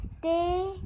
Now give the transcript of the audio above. Stay